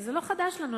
וזה לא חדש לנו,